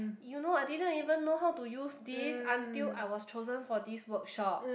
you know I didn't even know how to use this until I was chosen for this workshop